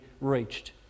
reached